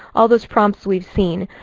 all those prompts we've seen.